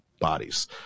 bodies